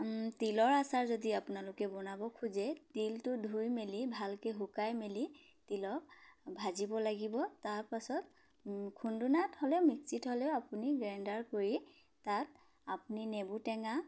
তিলৰ আচাৰ যদি আপোনালোকে বনাব খোজে তিলটো ধুই মেলি ভালকৈ শুকাই মেলি তিলক ভাজিব লাগিব তাৰপাছত খুন্দুনাত হ'লেও মিক্সিত হ'লেও আপুনি গ্ৰেণ্ডাৰ কৰি তাত আপুনি নেমু টেঙা